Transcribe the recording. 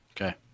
Okay